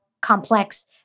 complex